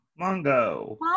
Mongo